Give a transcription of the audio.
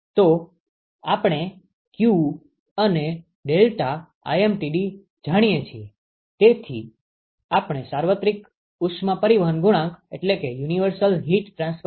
તો આપણે q અને ∆Tlmtd જાણીએ છીએ તેથી આપણે સાર્વત્રિક ઉષ્મા પરિવહન ગુણાંક શોધવાની જરૂર છે